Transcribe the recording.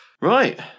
Right